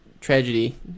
Tragedy